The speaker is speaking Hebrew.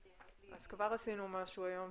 ------ אז כבר עשינו משהו היום.